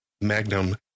Magnum